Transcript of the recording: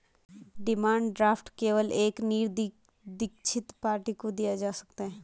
demand draft केवल एक निरदीक्षित पार्टी को दिया जा सकता है